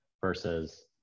versus